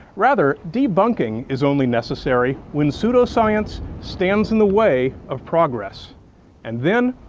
rather, debunking is only necessary when pseudoscience stands in the way of progress and then,